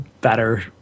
better